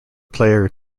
player